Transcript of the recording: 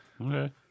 Okay